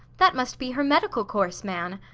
that must be her medical course man!